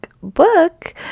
book